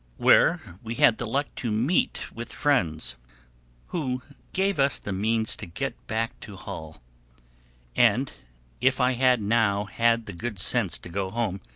where we had the luck to meet with friends who gave us the means to get back to hull and if i had now had the good sense to go home,